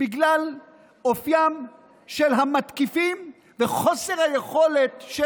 בגלל אופיים של המתקיפים וחוסר היכולת של